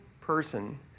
person